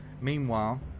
Meanwhile